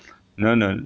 no no